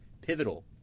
pivotal